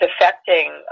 affecting